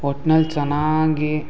ಒಟ್ನಲ್ಲಿ ಚೆನ್ನಾಗಿ